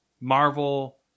Marvel